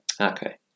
Okay